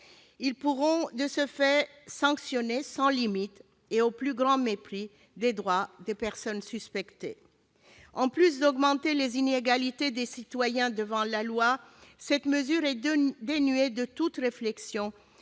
pourront de ce fait sanctionner sans limites, au plus grand mépris des droits des personnes suspectées. En plus d'augmenter les inégalités des citoyens devant la loi, une telle mesure est dénuée de toute réflexion